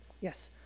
Yes